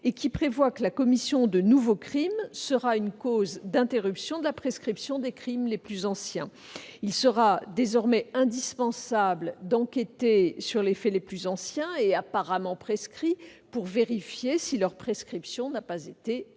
celui-ci prévoit que la commission de nouveaux crimes sera une cause d'interruption de la prescription des crimes les plus anciens. Il sera désormais indispensable d'enquêter sur les faits les plus anciens et apparemment prescrits, pour vérifier si leur prescription n'a pas été